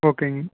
ஓகேங்க